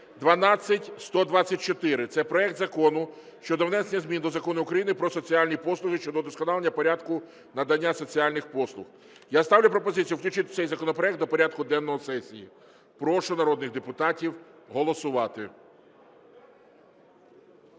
12124. Це проект Закону щодо внесення змін до Закону України "Про соціальні послуги" щодо удосконалення порядку надання соціальних послуг. Я ставлю пропозицію включити цей законопроект до порядку денного сесії. Прошу народних депутатів голосувати.